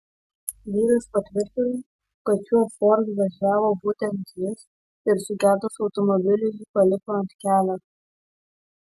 vyras patvirtino kad šiuo ford važiavo būtent jis ir sugedus automobiliui jį paliko ant kelio